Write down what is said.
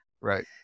Right